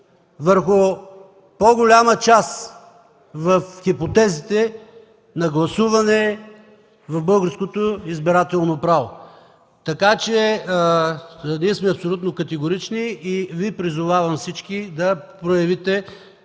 върху по-голяма част в хипотезите на гласуване в българското избирателно право. Така че ние сме абсолютно категорични и Ви призовавам всички да проявите